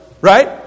Right